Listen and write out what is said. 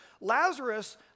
Lazarus